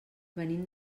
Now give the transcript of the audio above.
venim